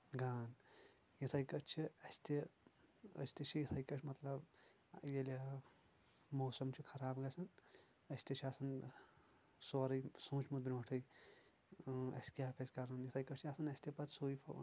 گان یِتھے کٲنٛٹھۍ چھِ اسہِ تہِ أسۍ تہِ چھِ یتھے کٲٹھۍ مطلب ییٚلہِ موسم چھُ خراب گژھان أسۍ تہِ چھِ آسان سورے سوٗنٛچمُت برونٹھے اۭ اسہِ کیاہ پزِ کرن یتھے کٲنٛٹھۍ چھِ آسان اسہِ تہِ پتہٕ سُے